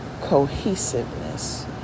cohesiveness